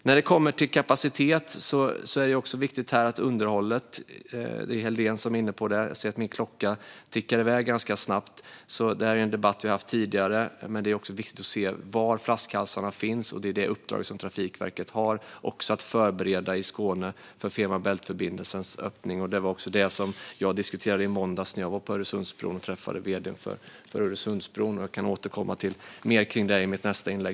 När det kommer till kapacitet är det viktigt att när det gäller underhållet, som Daniel Helldén var inne på och som vi har haft en debatt om tidigare, titta på var flaskhalsarna finns. Det är detta uppdrag som Trafikverket har att förbereda i Skåne inför öppnandet av förbindelsen Fehmarn Bält. Det diskuterade jag i måndags när jag var på Öresundsbron och träffade vd:n för Öresundsbrokonsortiet. Jag kan återkomma till mer kring detta i mitt nästa inlägg.